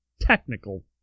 technical